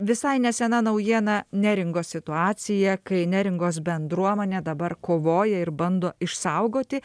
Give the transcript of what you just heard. visai nesena naujiena neringos situacija kai neringos bendruomanė dabar kovoja ir bando išsaugoti